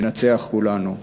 ננצח כולנו.